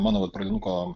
mano vat pradinuko